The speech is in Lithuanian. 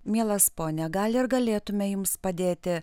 mielas pone gal ir galėtume jums padėti